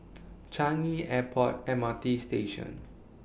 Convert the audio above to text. Changi Airport M R T Station